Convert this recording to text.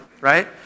right